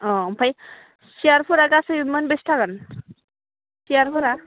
अ ओमफ्राय सेयारफोरा गासै मोनबेसे थागोन सेयारफोरा